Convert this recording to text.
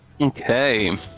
okay